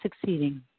succeeding